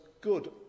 good